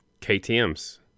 KTMs